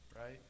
right